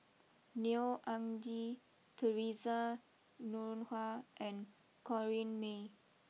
Neo Anngee Theresa Noronha and Corrinne May